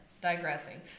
digressing